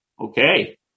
Okay